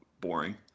boring